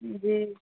جی